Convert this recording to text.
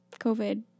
COVID